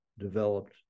Developed